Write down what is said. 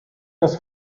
das